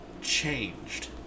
changed